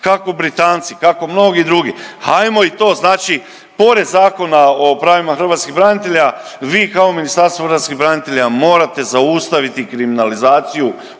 kako Britanci, kako mnogi drugi. Hajmo i to znači, pored Zakona o pravima hrvatskih branitelja vi kao Ministarstvo hrvatskih branitelja morate zaustaviti kriminalizaciju